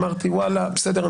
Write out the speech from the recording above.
אמרתי בסדר,